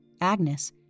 Agnes